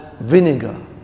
vinegar